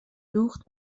دوخت